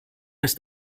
ist